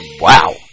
Wow